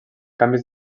canvis